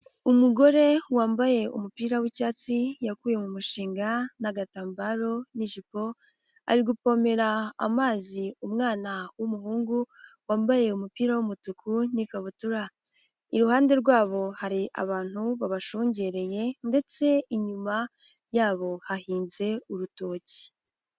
Umugore wambaye umupira w'icyatsi yakuye mu mushinga n'agatambaro n'ijipo, ari kuvomera amazi umwana w'umuhungu wambaye umupira wumutuku n'ikabutura, iruhande rwa bo hari abantu babashungereye ndetse inyuma ya bo hahinze urutoki.